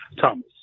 Thomas